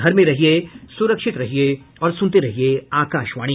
घर में रहिये सुरक्षित रहिये और सुनते रहिये आकाशवाणी